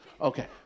Okay